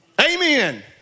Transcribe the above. Amen